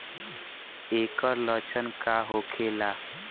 ऐकर लक्षण का होखेला?